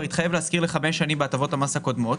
התחייב להשכיר לחמש שנים בהטבות המס הקודמות,